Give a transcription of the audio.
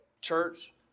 Church